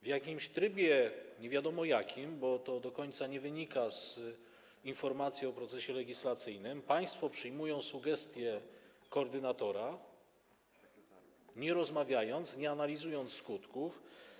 W jakimś trybie, nie wiadomo jakim, bo to do końca nie wynika z informacji o procesie legislacyjnym, państwo przyjmują sugestię koordynatora, nie rozmawiając, nie analizując jej skutków.